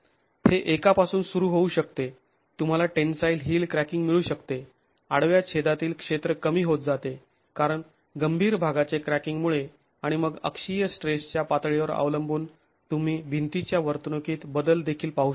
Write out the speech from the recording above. हे एका पासून सुरू होऊ शकते तुम्हाला टेन्साईल हिल क्रॅकिंग मिळू शकते आडव्या छेदातील क्षेत्र कमी होत जाते कारण गंभीर भागाचे क्रॅकींगमुळे आणि मग अक्षीय स्ट्रेसच्या पातळीवर अवलंबून तुम्ही भिंतीच्या वर्तणुकीत बदल देखील पाहू शकता